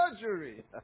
surgery